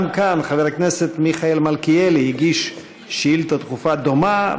גם כאן חבר הכנסת מיכאל מלכיאלי הגיש שאילתה דחופה דומה,